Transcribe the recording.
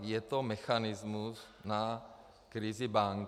Je to mechanismus na krizi bank.